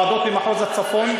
ועדות ממחוז הצפון,